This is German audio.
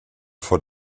vor